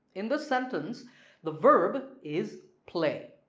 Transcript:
in the sentence the verb is play